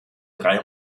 drei